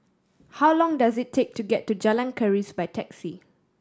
how long does it take to get to Jalan Keris by taxi